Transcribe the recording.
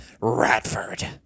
radford